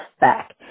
back